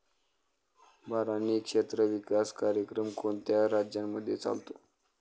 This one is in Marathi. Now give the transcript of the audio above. बारानी क्षेत्र विकास कार्यक्रम कोणत्या राज्यांमध्ये चालतो?